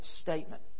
statement